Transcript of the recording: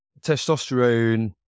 testosterone